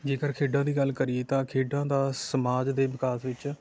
ਜੇਕਰ ਖੇਡਾਂ ਦੀ ਗੱਲ ਕਰੀਏ ਤਾਂ ਖੇਡਾਂ ਦਾ ਸਮਾਜ ਦੇ ਵਿਕਾਸ ਵਿੱਚ